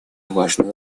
важную